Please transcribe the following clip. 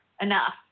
enough